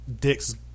Dick's